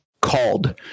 called